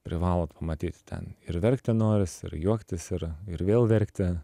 privalot pamatyti ten ir verkti norisi ir juoktis ir ir vėl verkti